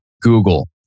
Google